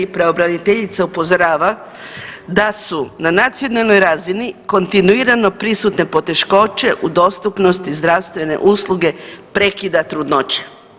Pravobraniteljica upozorava da su na nacionalnoj razini kontinuirano prisutne poteškoće u dostupnosti zdravstvene usluge prekida trudnoće.